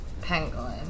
Penguin